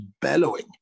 bellowing